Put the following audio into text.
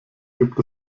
gibt